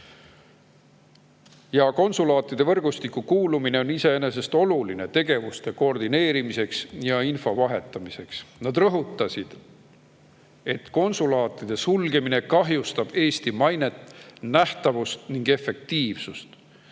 Konsulaatide võrgustikku kuulumine on iseenesest oluline tegevuste koordineerimiseks ja info vahetamiseks. Nad rõhutasid, et konsulaatide sulgemine kahjustab Eesti mainet, nähtavust ja efektiivsust.